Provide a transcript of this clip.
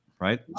Right